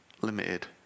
limited